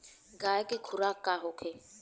गाय के खुराक का होखे?